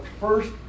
first